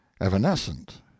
evanescent